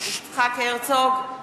יצחק הרצוג,